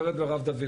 שאלה למרב.